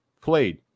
played